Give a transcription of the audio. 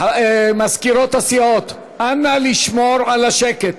מזכירות הסיעות, נא לשמור על השקט.